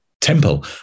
temple